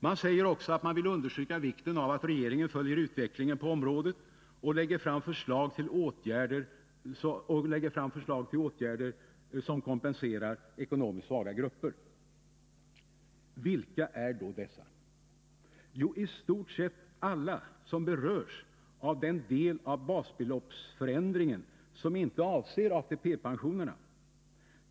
Man säger också att man vill understryka vikten av att regeringen följer utvecklingen på området och lägger fram förslag till åtgärder som kompenserar ekonomiskt svaga grupper. Vilka är då dessa? Jo, i stort sett alla som berörs av den del av basbeloppsförändringen som inte avser ATP pensionerna.